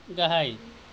गाहाय